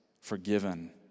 forgiven